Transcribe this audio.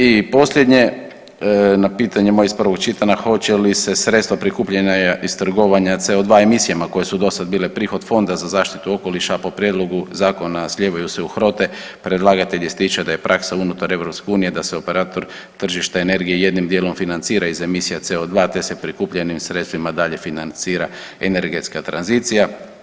I posljednje, na pitanje moje iz prvog čitanja, hoće li se sredstva prikupljena iz trgovanja CO2 emisijama koje su dosad bile prihod Fonda za zaštitu okoliša, a po prijedlogu zakona slijevaju se u HROTE, predlagatelj ističe da je praksa unutar EU da se operator tržišta energije jednim dijelom financira iz emisija CO2, te se prikupljenim sredstvima dalje financira energetska tranzicija.